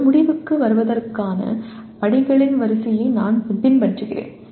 ஒரு முடிவுக்கு வருவதற்கான படிகளின் வரிசையை நான் பின்பற்றுகிறேன்